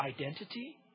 identity